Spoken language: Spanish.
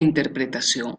interpretación